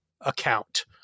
account